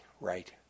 right